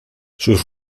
sus